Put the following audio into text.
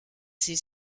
sie